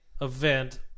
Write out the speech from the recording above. event